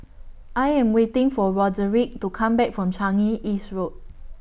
I Am waiting For Roderick to Come Back from Changi East Road